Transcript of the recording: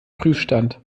prüfstand